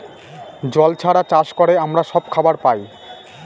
জল ছাড়া চাষ করে আমরা সব খাবার পায়